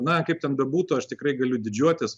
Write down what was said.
na kaip ten bebūtų aš tikrai galiu didžiuotis